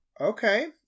Okay